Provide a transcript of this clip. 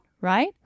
Right